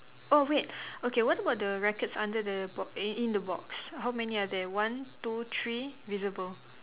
oh wait okay what about the rackets under the bo~ eh in the box how many are there one two three visible